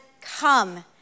come